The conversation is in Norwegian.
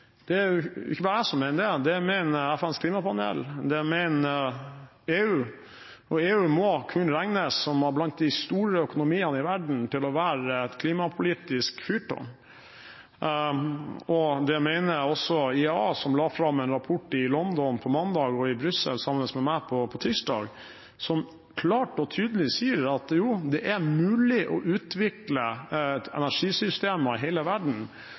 Det er jo ikke bare jeg som mener det. Det mener FNs klimapanel, og det mener EU, som blant de store økonomiene i verden må kunne regnes å være et klimapolitisk fyrtårn. Dette mener også IEA – som la fram en rapport i London på mandag, og i Brussel sammen med meg på tirsdag – som klart og tydelig sier at det er mulig å utvikle energisystemer i hele verden